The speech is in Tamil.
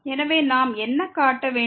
எனவே நாம் என்ன காட்ட வேண்டும்